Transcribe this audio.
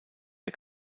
der